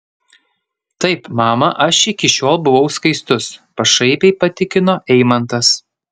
taip mama aš iki šiol buvau skaistus pašaipiai patikino eimantas